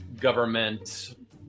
government